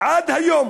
ועד היום